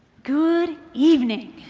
good evening.